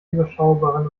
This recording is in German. überschaubaren